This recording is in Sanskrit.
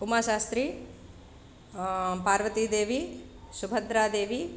उमाशास्त्री पार्वतीदेवी सुभद्रादेवी